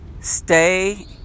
Stay